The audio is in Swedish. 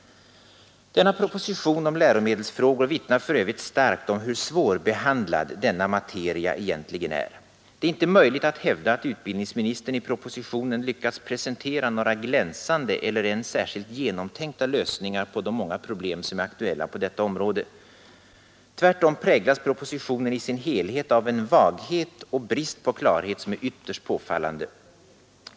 Denna proposition om läromedelsfrågor vittnar för övrigt starkt om hur svårbehandlad denna materia egentligen är. Det är inte möjligt att hävda att utbildningsministern i propositionen lyckasts presentera några glänsande eller ens särskilt genomtänkta lösningar på de många problem som är aktuella på detta område. Tvärtom präglas propositionen i sin helhet av en vaghet och brist på klarhet som är ytterst påfallande.